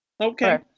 okay